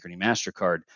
MasterCard